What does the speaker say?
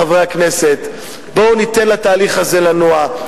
חברי הכנסת: בואו ניתן לתהליך הזה לנוע.